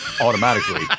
automatically